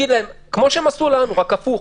כמו שהם עשו לנו רק הפוך